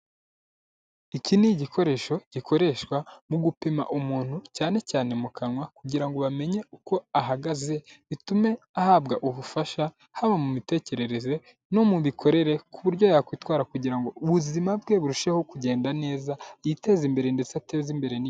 Iki ni igikoresho gikoreshwa mu gupima umuntu cyane cyane mu kanwa kugira ngo bamenye uko ahagaze bitume ahabwa ubufasha, haba mu mitekerereze no mu mikorere ku buryo yakwitwara kugira ngo ubuzima bwe burusheho kugenda neza, yiteze imbere ndetse ateze imbere....